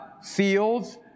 seals